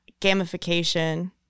gamification